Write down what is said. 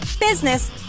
business